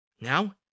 Now